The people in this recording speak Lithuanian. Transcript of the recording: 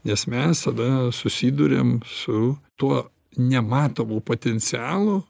nes mes tada susiduriam su tuo nematomu potencialu